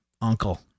Uncle